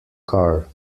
car